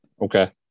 okay